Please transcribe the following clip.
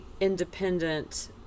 independent